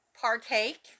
partake